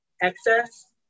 excess